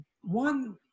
one